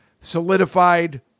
solidified